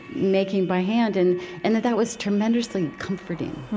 making by hand. and and that that was tremendously comforting